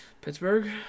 Pittsburgh